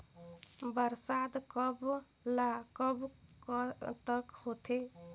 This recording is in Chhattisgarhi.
बरसात कब ल कब तक होथे?